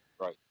right